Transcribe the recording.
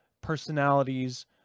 personalities